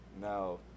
Now